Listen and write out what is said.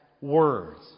words